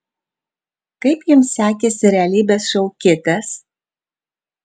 kaip jums sekėsi realybės šou kitas